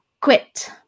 quit